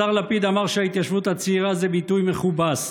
השר לפיד אמר ש"ההתיישבות הצעירה" זה ביטוי מכובס.